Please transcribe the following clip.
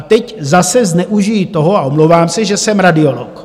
Teď zase zneužiji toho a omlouvám se že jsem radiolog.